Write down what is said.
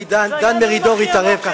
כי דן מרידור התערב,